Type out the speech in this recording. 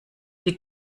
die